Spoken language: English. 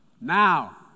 Now